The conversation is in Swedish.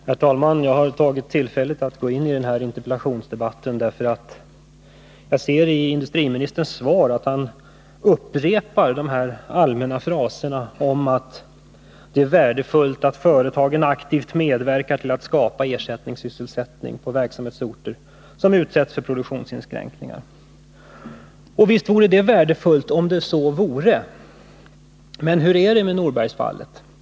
Herr talman! Jag har tagit tillfället i akt att gå in i denna interpellationsdebatt med anledning av att industriministern i sitt svar upprepar de allmänna fraserna om att det är värdefullt att företagen ”aktivt medverkar till att skapa ersättningssysselsättning på verksamhetsorter som utsätts för produktionsinskränkningar”. Visst vore det värdefullt, om så skedde. Men hur är det i Norbergsfallet?